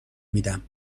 میدم